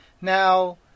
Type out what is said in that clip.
Now